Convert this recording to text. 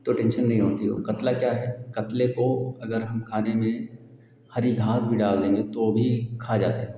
तो टेन्शन नहीं होता है कतला क्या है कतले को अगर हम खाने में हरी घास भी डाल देंगे तो भी खा जाता है